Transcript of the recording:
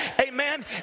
Amen